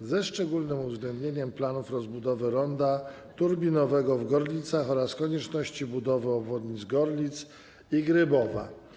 ze szczególnym uwzględnieniem planów rozbudowy ronda turbinowego w Gorlicach oraz konieczności budowy obwodnic Gorlic i Grybowa.